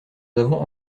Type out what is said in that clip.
avons